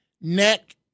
neck